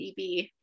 eb